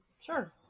Sure